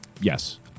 Yes